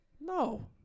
No